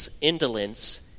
indolence